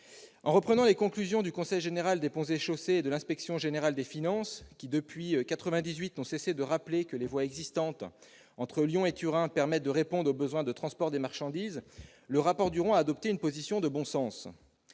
En reprenant les conclusions du Conseil général des ponts et chaussées et de l'Inspection générale des finances, qui, depuis 1998, n'ont cessé de rappeler que les voies existantes entre Lyon et Turin permettaient de répondre aux besoins de transport des marchandises, l'auteur du rapport Duron a adopté une position de bon sens.